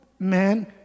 man